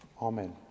Amen